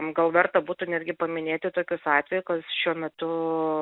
gal verta būtų netgi paminėti tokius atveju kas šiuo metu